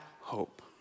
hope